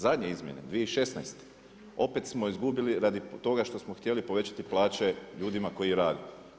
Zadnje izmjene 2016. opet smo izgubili radi toga što smo htjeli povećati plaće ljudima koji rade.